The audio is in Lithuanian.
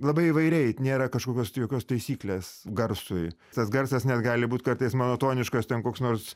labai įvairiai nėra kažkokios tai jokios taisyklės garsui tas garsas net gali būt kartais monotoniškas ten koks nors